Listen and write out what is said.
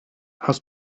hast